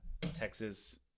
Texas